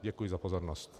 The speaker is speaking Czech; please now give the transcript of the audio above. Děkuji za pozornost.